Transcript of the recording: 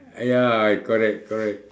I ya I correct correct